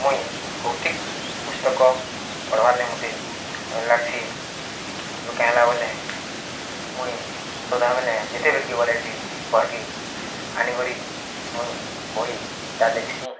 ମୁଇଁ ଭୌତିିକ ପୁସ୍ତକ ପଢ଼ବାର୍ ଲାଗି ମୋତେ ଲାଗ୍ସି ଲୋକେ ହେଲା ବୋଲେ ମୁଇଁ ସଦାବେଲେ ଯେତେବେଲେ ଗଲେ କି ଘରକେ ଆନିକରି ମୁଇଁ ବହିଟା ଦେଖ୍ସି